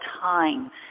time